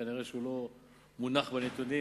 כנראה הוא לא מעודכן בנתונים.